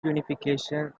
unification